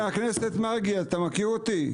חבר הכנסת מרגי, אתה מכיר אותי?